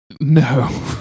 No